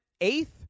eighth